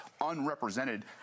unrepresented